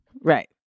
right